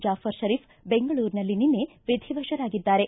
ಜಾಫರ್ ಷರೀಫ್ ಬೆಂಗಳೂರಿನಲ್ಲಿ ನಿನ್ನೆ ವಿಧಿವಶರಾಗಿದ್ದಾರೆ